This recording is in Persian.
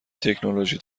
تکنولوژی